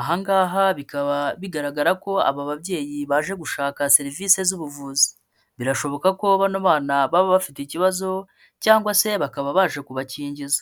Aha ngaha bikaba bigaragara ko aba babyeyi baje gushaka serivisi z'ubuvuzi. Birashoboka ko bano bana baba bafite ikibazo cyangwa se bakaba baje kubakingiza.